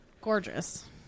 Gorgeous